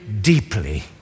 deeply